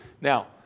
Now